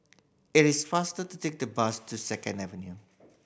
it is faster to take the bus to Second Avenue